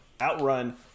Outrun